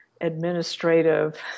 administrative